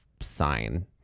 sign